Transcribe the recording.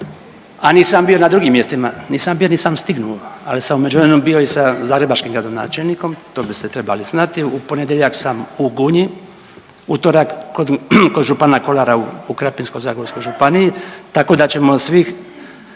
a nisam bio na drugim mjestima, nisam bio jer nisam stignuo, ali sam u međuvremenu bio i sa zagrebačkim gradonačelnikom, to biste trebali znati, u ponedjeljak sam u Gunji, utorak kod župana Kolara u Krapinsko-zagorskoj županiji, tako da ćemo svih